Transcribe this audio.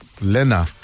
Lena